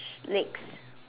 lake